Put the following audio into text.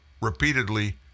repeatedly